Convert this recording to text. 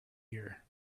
here